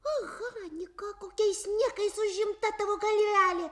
o niko kokiais niekais užimta tavo galvelė